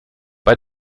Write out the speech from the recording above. bei